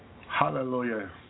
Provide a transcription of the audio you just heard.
Hallelujah